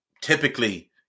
Typically